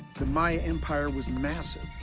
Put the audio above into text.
the maya empire was massive,